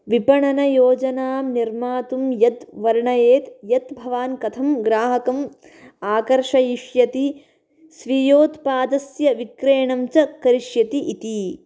विपणनयोजनां निर्मातु यद् वर्णयेद् यद् भवान् कथं ग्राहकम् आकर्षयिष्यति स्वीयोत्पादस्य विक्रयणं च करिष्यति इति